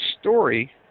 story